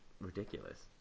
ridiculous